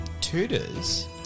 Tutors